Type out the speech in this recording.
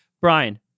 Brian